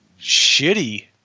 shitty